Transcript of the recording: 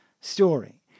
story